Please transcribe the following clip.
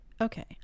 okay